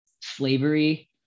slavery